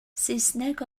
saesneg